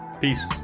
Peace